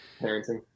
parenting